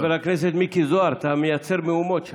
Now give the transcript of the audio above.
חבר הכנסת מיקי זוהר, אתה מייצר מהומות שם.